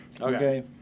Okay